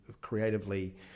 creatively